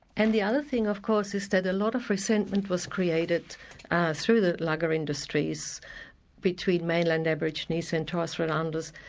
and the other thing of course is that a lot of resentment was created through the lugger industries between mainland aborigines and torres strait and islanders,